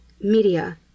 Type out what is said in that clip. Media